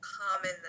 common